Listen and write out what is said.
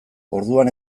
orduan